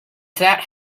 that